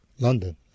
London